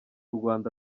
rwanda